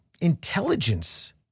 intelligence